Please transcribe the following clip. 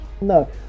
No